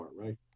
right